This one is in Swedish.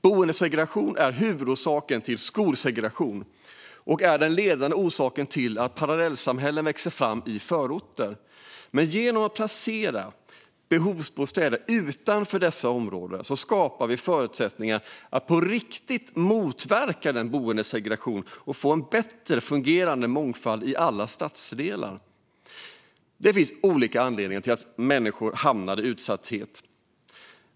Boendesegregation är huvudorsaken till skolsegregation och den ledande orsaken till att parallellsamhällen växer fram i förorter. Men genom att placera behovsbostäder utanför dessa områden skapar vi förutsättningar att på riktigt motverka boendesegregationen och få en bättre fungerande mångfald i alla stadsdelar. Det finns olika anledningar till att människor hamnar i utsatthet.